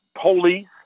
police